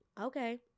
Okay